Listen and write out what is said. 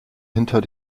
hinter